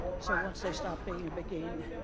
so once they stopped being a beguine,